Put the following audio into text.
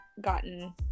gotten